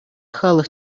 халӑх